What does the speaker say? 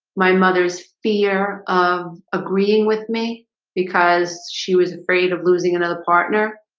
my mother's fear of agreeing with me because she was afraid of losing another partner